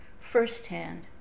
firsthand